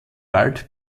wald